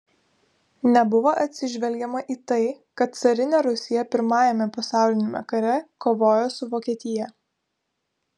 nebuvo atsižvelgiama į tai kad carinė rusija pirmajame pasauliniame kare kovojo su vokietija